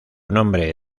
nombre